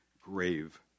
grave